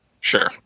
Sure